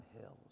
hills